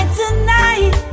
tonight